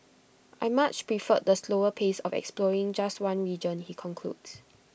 I much preferred the slower pace of exploring just one region he concludes